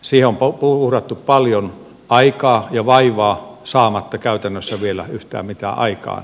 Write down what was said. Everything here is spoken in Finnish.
siihen on uhrattu paljon aikaa ja vaivaa saamatta käytännössä vielä yhtään mitään aikaan